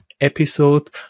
episode